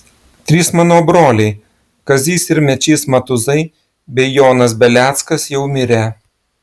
trys mano broliai kazys ir mečys matuzai bei jonas beleckas jau mirę